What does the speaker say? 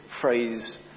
phrase